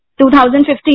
2015